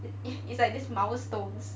it it's like this milestones